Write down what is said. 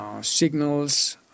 signals